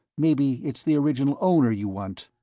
maybe it's the original owner you want.